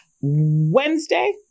Wednesday